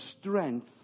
strength